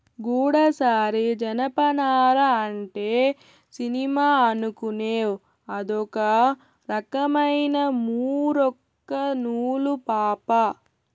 గూడసారి జనపనార అంటే సినిమా అనుకునేవ్ అదొక రకమైన మూరొక్క నూలు పాపా